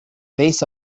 base